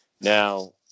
now